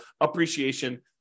appreciation